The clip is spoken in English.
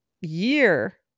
year